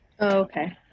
Okay